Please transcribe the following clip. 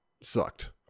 sucked